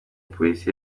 polisi